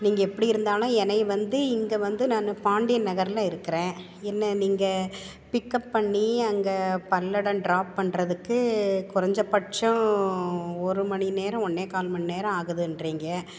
நீங்கள் எப்படி இருந்தாலும் என்னை வந்து இங்கே வந்து நான் பாண்டியன் நகர்ல இருக்கிறேன் என்ன நீங்கள் பிக்அப் பண்ணி அங்கே பல்லடம் ட்ராப் பண்ணுறதுக்கு கொறைஞ்சபட்சோம் ஒரு மணி நேரம் ஒன்னே கால் மணி நேரம் ஆகுதுன்றீங்க